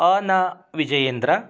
अ न विजयेन्द्रः